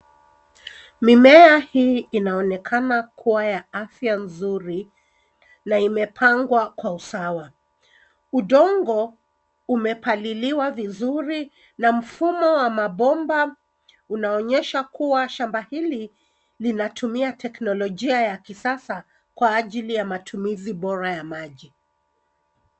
Mimea hii inaonekana kuwa ya afya nzuri na imepangwa kwa usawa. Udongo umepaliliwa vizuri na mfumo wa mabomba unaonyesha kuwa shamba hili linatumia teknolojia ya kisasa kwa ajili ya matumizi bora ya maji.